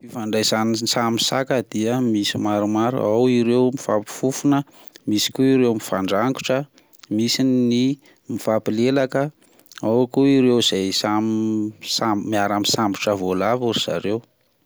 Ny fifandraisany samy saka dia misy maromaro, ao ireo mifampy fofona ,misy koa ireo mifandragontra, misy ny mifampy lelaka, ao ireo koa samy samy miara misambotra voalavo ry zareo.